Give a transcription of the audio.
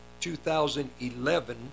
2011